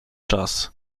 czas